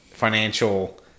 Financial